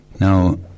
Now